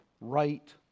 right